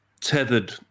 tethered